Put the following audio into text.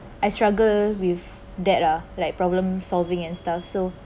I struggle with that ah like problem solving and stuff so